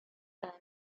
times